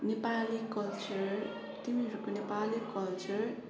Nepali culture तिमीहरूको Nepali culture